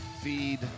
feed